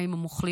האם הם אוכלים?